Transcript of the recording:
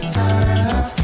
time